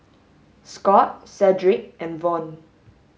Scott Cedric and Von